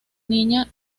niña